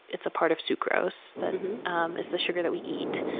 it's a part of sucrose, that is the sugar that we eat.